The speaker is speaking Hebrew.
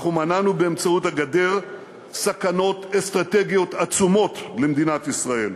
אנחנו מנענו באמצעות הגדר סכנות אסטרטגיות עצומות למדינת ישראל,